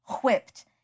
whipped